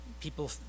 people